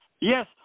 Yes